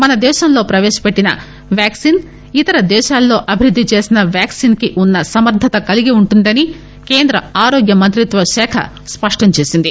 మనదేశంలో ప్రవేశపెట్టిన వ్యాక్పిన్ ఇతర దేశాల్లో అభివృద్ది చేసిన వ్యాక్సిన్ కి వున్న సమర్దత కలిగి వుంటుందని కేంద్ర ఆరోగ్య మంత్రిత్వశాఖ స్పష్టంచేసింది